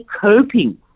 coping